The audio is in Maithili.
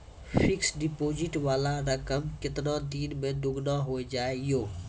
फिक्स्ड डिपोजिट वाला रकम केतना दिन मे दुगूना हो जाएत यो?